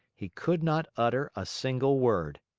he could not utter a single word.